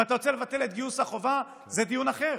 אם אתה רוצה לבטל את גיוס החובה, זה דיון אחר.